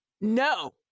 No